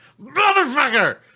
Motherfucker